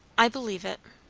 i believe it.